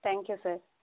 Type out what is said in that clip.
thank you sir